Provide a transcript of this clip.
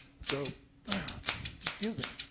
so excuse me.